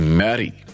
marry